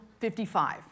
55